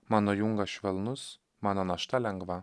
mano jungas švelnus mano našta lengva